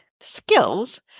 skills